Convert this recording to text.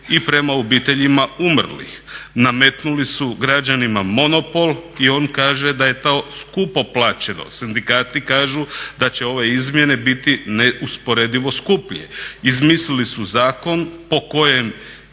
i prema obiteljima umrlih. Nametnuli su građanima monopol i on kaže da je to skupo plaćeno. Sindikatu kažu da će ove izmjene biti neusporedivo skuplje. Izmislili su zakon po kojem